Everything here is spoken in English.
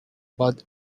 but